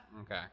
okay